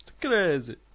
crazy